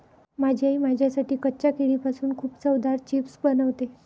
माझी आई माझ्यासाठी कच्च्या केळीपासून खूप चवदार चिप्स बनवते